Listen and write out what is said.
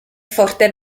forte